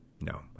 No